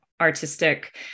artistic